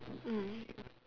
mm